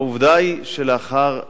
העובדה שלאחר המבצע,